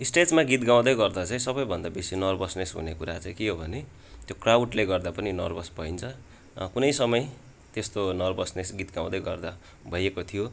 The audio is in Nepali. स्टेजमा गीत गाउँदै गर्दा चाहिँ सबैभन्दा बेसी नर्भसनेस हुने कुरा चाहिँ के हो भने त्यो क्राउडले गर्दा पनि नर्भस भइन्छ कुनै समय त्यस्तो नर्भसनेस गीत गाउँदै गर्दा भइएको थियो